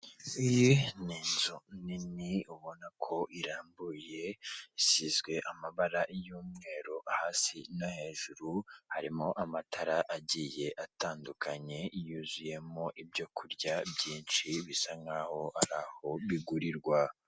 Iyi ni inzu nini ubona ko irambuye, isizwe amabara y'umweru hasi no hejuru, harimo amatara agiye atandukanye, y'uzuyemo ibyoku kurya byinshi, bisa nk'aho ari aho bigurirwa.